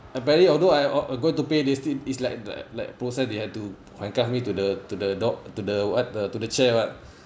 I barely although I oh going to pay this thing it's like like like a process they have to handcuff me to the to the door to the what to the chair what